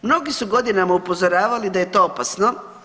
Mnogi su godinama upozoravali da je to opasno.